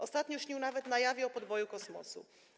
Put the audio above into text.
Ostatnio śnił nawet na jawie o podboju kosmosu.